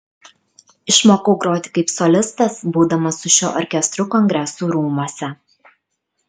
išmokau groti kaip solistas būdamas su šiuo orkestru kongresų rūmuose